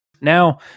Now